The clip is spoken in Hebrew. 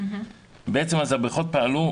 אז הבריכות פעלו,